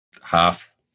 half